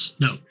No